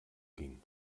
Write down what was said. ging